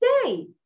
stay